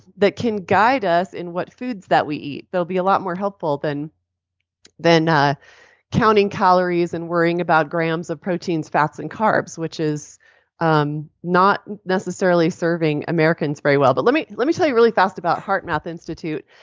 that can guide us in what foods that we eat. they'll be a lot more helpful than than ah counting calories and worrying about grams of proteins, fats, and carbs which is um not necessarily serving americans really well. but let me let me tell you really fast about heart math institute.